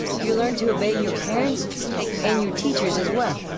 you learn to obey your parents and your teachers as well.